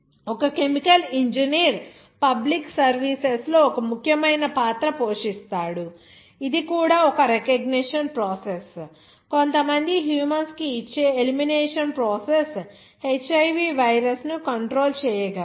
ఒక chemical engineer public services లో ఒక ముఖ్యమైన పాత్ర పోషిస్తాడు ఇది కూడా ఒక రెకగ్నిషన్ ప్రాసెస్ కొంతమంది హ్యూమన్స్ కు ఇచ్చే ఎలిమినేషన్ ప్రాసెస్ HIV వైరస్ ను కంట్రోల్ చేయగలదు